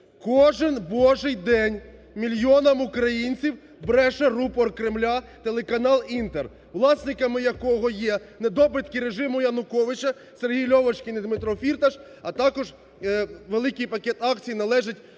Кожен божий день мільйонам українців бреше рупор Кремля – телеканал "Інтер", власниками якого є недобитки режиму Януковича – Сергій Льовочкін і Дмитро Фірташ, а також великий пакет акцій належить